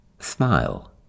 Smile